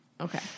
Okay